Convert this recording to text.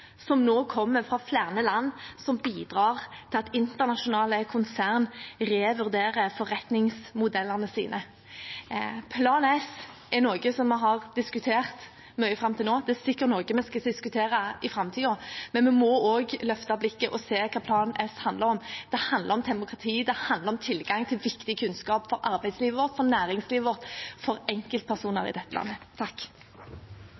som nå kommer fra flere land, som bidrar til at internasjonale konsern revurderer forretningsmodellene sine. Plan S er noe vi har diskutert mye fram til nå, det er sikkert noe vi skal diskutere i framtiden. Men vi må også løfte blikket og se hva Plan S handler om. Det handler om demokrati. Det handler om tilgang til viktig kunnskap for arbeidslivet vårt, for næringslivet vårt, for